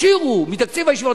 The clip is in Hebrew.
השאירו, מתקציב הישיבות.